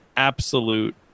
Absolute